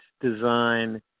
design